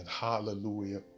Hallelujah